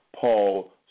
paul